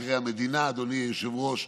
תראה, המדינה, אדוני היושב-ראש,